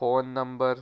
phone number